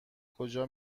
کجا